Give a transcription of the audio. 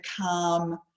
calm